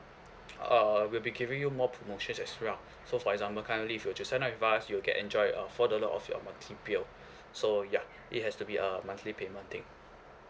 uh we'll be giving you more promotions as well so for example currently if you were to sign up with us you can enjoy a four dollar off your monthly bill so ya it has to be a monthly payment thing